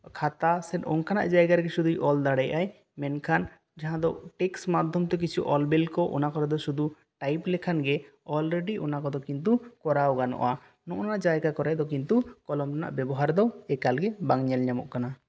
ᱠᱷᱟᱛᱟ ᱥᱮ ᱚᱱᱠᱟᱱᱟᱜ ᱡᱟᱭᱜᱟ ᱨᱮᱜᱮ ᱥᱩᱫᱩᱭ ᱚᱞ ᱫᱟᱲᱮᱭᱟᱜᱼᱟ ᱢᱮᱱᱠᱷᱟᱱ ᱡᱟᱦᱟᱸ ᱫᱚ ᱴᱮᱠᱥ ᱢᱟᱫᱽᱫᱷᱚᱢ ᱛᱮ ᱠᱤᱪᱷᱩ ᱚᱞ ᱵᱤᱞ ᱚᱱᱟ ᱠᱚᱨᱮ ᱫᱚ ᱥᱩᱫᱩ ᱴᱟᱭᱤᱯ ᱞᱮᱠᱷᱟᱱ ᱜᱮ ᱚᱞᱨᱮᱰᱤ ᱚᱱᱟ ᱠᱚᱫᱚ ᱠᱤᱱᱛᱩ ᱠᱚᱨᱟᱣ ᱜᱟᱱᱚᱜᱼᱟ ᱱᱚᱜᱼᱚ ᱱᱚᱶᱟ ᱡᱟᱭᱜᱟ ᱠᱚᱨᱮ ᱫᱚ ᱠᱤᱱᱛᱩ ᱠᱚᱞᱚᱢ ᱨᱮᱱᱟᱜ ᱵᱮᱵᱷᱟᱨ ᱫᱚ ᱮᱠᱟᱞ ᱜᱮ ᱠᱤᱱᱛᱩ ᱵᱟᱝ ᱧᱮᱞ ᱧᱟᱢᱚᱜ ᱠᱟᱱᱟ